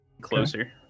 Closer